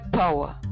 power